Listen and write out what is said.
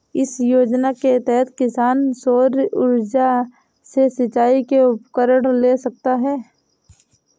किस योजना के तहत किसान सौर ऊर्जा से सिंचाई के उपकरण ले सकता है?